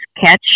catch